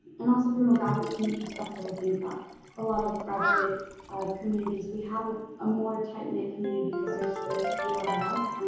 and also from a graduate student perspective. i think that a lot of graduate communities we have ah a more tight-knit community because there's there's fewer of us.